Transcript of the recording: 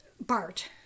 BART